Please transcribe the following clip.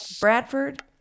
Bradford